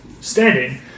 standing